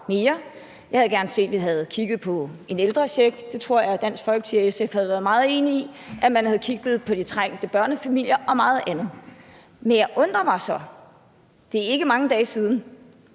jeg havde gerne set, at vi havde kigget på en ældrecheck, og det troede jeg Dansk Folkeparti og SF havde været meget enige om, og at man havde kigget på de trængte børnefamilier og meget andet. Men det undrer mig så, at Venstres